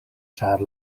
ĉar